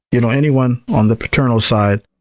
you know, anyone on the paternal side.